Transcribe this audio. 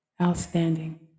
outstanding